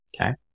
Okay